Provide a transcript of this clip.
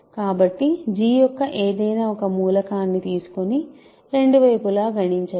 కాబట్టి G యొక్క ఏదైనా ఒక మూలకాన్ని తీసుకొని రెండు వైపులా గణించండి